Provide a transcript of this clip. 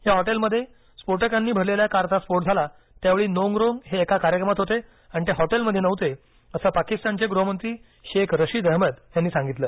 या हॉटेलमध्ये स्फोटकांनी भरलेल्या कारचा स्फोट झाला त्यावेळी नोंग रोंग हे एका कार्यक्रमात होते आणि ते हॉटेलमध्ये नव्हतेअसं पाकिस्तानचे गृहमंत्री शेख रशीद अहमद यांनी सांगितलं